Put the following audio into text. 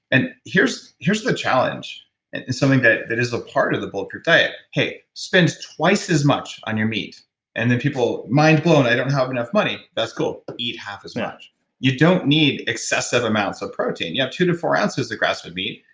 and here's here's the challenge, and is something that that is a part of the bulletproof diet hay, spends twice as much on your meat and then people, mind blown, they don't have enough money. that's cool. eat half as much yeah you don't need excessive amounts of protein. you have to to four ounces of grass-fed meat,